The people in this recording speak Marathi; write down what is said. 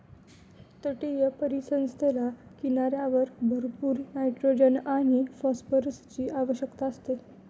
तटीय परिसंस्थेला किनाऱ्यावर भरपूर नायट्रोजन आणि फॉस्फरसची आवश्यकता असते